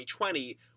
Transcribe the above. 2020